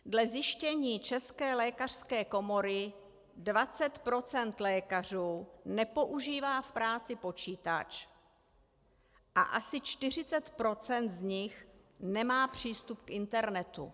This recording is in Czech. Dle zjištění České lékařské komory 20 % lékařů nepoužívá v práci počítač a asi 40 % z nich nemá přístup k internetu.